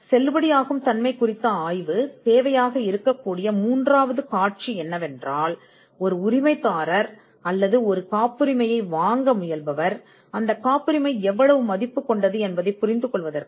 செல்லுபடியாகும் ஆய்வு பொருத்தமான மூன்றாவது சூழ்நிலை என்னவென்றால் உரிமம் பெற்றவர் அல்லது காப்புரிமையை வாங்க முயற்சிக்கும் ஒரு நபர் காப்புரிமை எவ்வளவு மதிப்புடையது என்பதைப் புரிந்து கொள்ள முடியும்